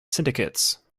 syndicates